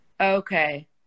okay